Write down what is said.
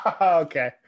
okay